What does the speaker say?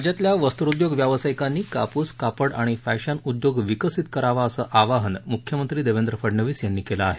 राज्यातल्या वस्त्रोद्योग व्यवसायिकांनी कापूस कापड आणि फॅशन उद्योग विकसित करावा असं आवाहन मुख्यमंत्री देवेंद्र फडनवीस यांनी केलं आहे